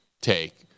take